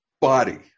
body